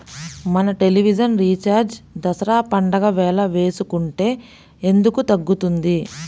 మన television recharge Dasara పండగ వేళ వేసుకుంటే ఎందుకు తగ్గుతుంది?